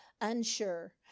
unsure